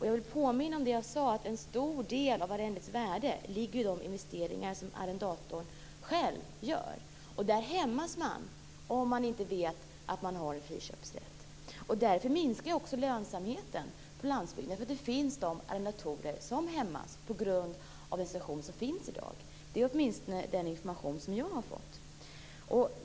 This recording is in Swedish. Jag vill påminna om det jag sade, att en stor del av arrendets värde ligger i de investeringar som arrendatorn själv gör. Där hämmas man om man inte vet att man har en friköpsrätt. Där minskar lönsamheten på landsbygden, därför att det finns arrendatorer som hämmas på grund av den administration som finns i dag. Det är åtminstone den information som jag har fått.